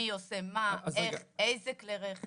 מי עושה מה, איך, איזה כלי רכב.